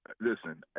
Listen